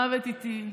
מוות איטי.